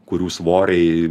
kurių svoriai